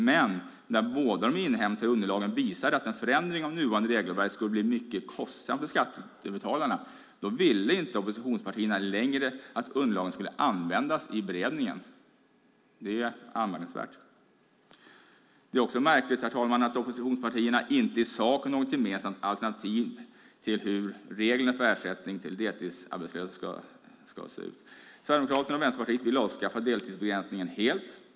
Men när båda de inhämtade underlagen visade att en förändring av nuvarande regelverk skulle bli mycket kostsam för skattebetalarna ville inte oppositionspartierna längre att underlagen skulle användas i beredningen. Det är anmärkningsvärt. Det är också märkligt, herr talman, att oppositionspartierna i sak inte har något gemensamt alternativ till hur reglerna för ersättning till deltidsarbetslösa ska se ut. Sverigedemokraterna och Vänsterpartiet vill avskaffa deltidsbegränsningen helt.